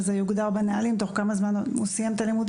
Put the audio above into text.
צריך שיוגדר בנהלים תוך כמה זמן הוא מקבל